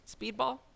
Speedball